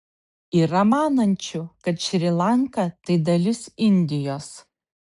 yra manančių kad šri lanka tai dalis indijos